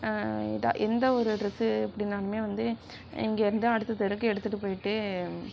ஏதா எந்த ஒரு டிரஸ் அப்படினாலுமே வந்து இங்கே இருந்து அடுத்த தெருவுக்கு எடுத்துகிட்டு போய்ட்டு